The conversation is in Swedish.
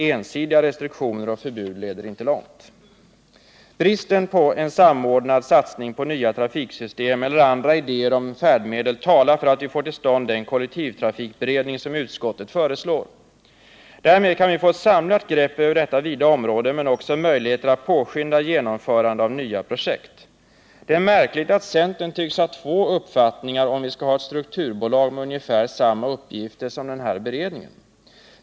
Ensidiga restriktioner och förbud leder inte långt. Bristen på samordnad satsning på nya trafiksystem eller andra idéer om färdmedel talar för att vi bör få till stånd den kollektivtrafikberedning som utskottet föreslår. Därmed kan vi få ett samlat grepp över detta vida område, men också möjligheter att påskynda genomförandet av nya projekt. Det är märkligt att centern tycks ha två uppfattningar om huruvida vi skall ha ett strukturbolag med ungefär samma uppgifter som denna beredning.